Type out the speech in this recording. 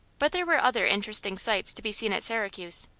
but there were other interesting sights to be seen at syracuse,